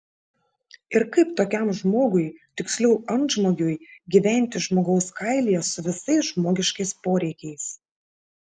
ir kaip tokiam žmogui tiksliau antžmogiui gyventi žmogaus kailyje su visais žmogiškais poreikiais